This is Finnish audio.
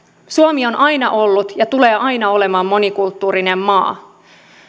suomi on aina ollut ja tulee aina olemaan monikulttuurinen maa